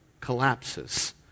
collapses